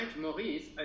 Maurice